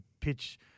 pitch